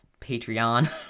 Patreon